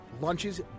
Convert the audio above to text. lunches